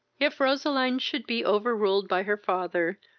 if roseline should be over-ruled by her father,